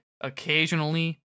occasionally